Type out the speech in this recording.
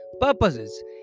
purposes